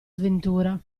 sventura